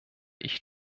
ich